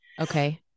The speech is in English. okay